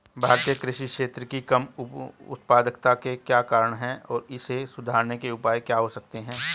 भारतीय कृषि क्षेत्र की कम उत्पादकता के क्या कारण हैं और इसे सुधारने के उपाय क्या हो सकते हैं?